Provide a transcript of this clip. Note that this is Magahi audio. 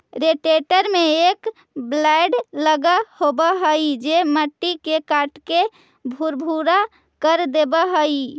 रोटेटर में एक ब्लेड लगल होवऽ हई जे मट्टी के काटके भुरभुरा कर देवऽ हई